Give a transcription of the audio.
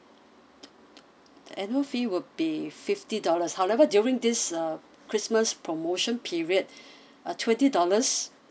annual fee will be fifty dollars however during this uh christmas promotion period uh twenty dollars